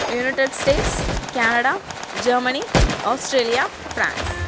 United States Canada Germany Australia France